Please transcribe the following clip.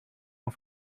off